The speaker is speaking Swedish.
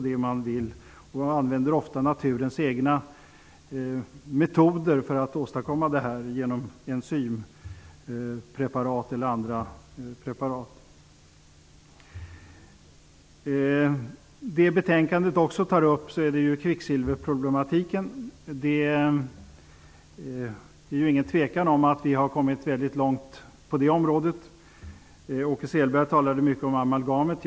Ofta används naturens egna metoder genom exempelvis enzympreparat för att åstadkomma detta. I betänkandet tas också problemen med kvicksilver upp. Det råder inga tvivel om att vi kommit mycket långt på det området. Åke Selberg talade mycket om amalgamet.